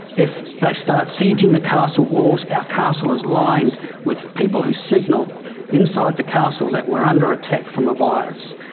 if they start sieging the castle walls our castle is lined with people who signal inside the castle that we're under attack from a virus.